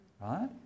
Right